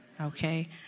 okay